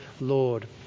lord